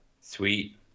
Sweet